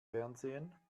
fernsehen